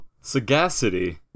Sagacity